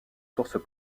sources